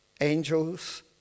angels